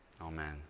Amen